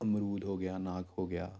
ਅਮਰੂਦ ਹੋ ਗਿਆ ਅਨਾਰ ਹੋ ਗਿਆ